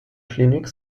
klinik